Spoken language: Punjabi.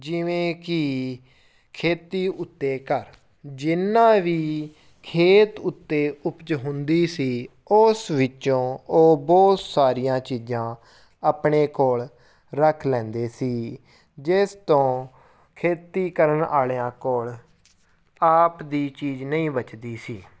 ਜਿਵੇਂ ਕਿ ਖੇਤੀ ਉੱਤੇ ਕਰ ਜਿੰਨਾ ਵੀ ਖੇਤ ਉੱਤੇ ਉਪਜ ਹੁੰਦੀ ਸੀ ਉਸ ਵਿੱਚੋਂ ਉਹ ਬਹੁਤ ਸਾਰੀਆਂ ਚੀਜ਼ਾਂ ਆਪਣੇ ਕੋਲ ਰੱਖ ਲੈਂਦੇ ਸੀ ਜਿਸ ਤੋਂ ਖੇਤੀ ਕਰਨ ਵਾਲਿਆਂ ਕੋਲ ਆਪ ਦੀ ਚੀਜ਼ ਨਹੀਂ ਬੱਚਦੀ ਸੀ